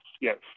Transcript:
Yes